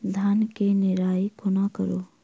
धान केँ निराई कोना करु?